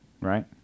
Right